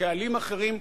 קהלים אחרים,